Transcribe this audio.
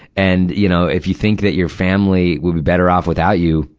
and, you know, if you think that your family would be better off without you,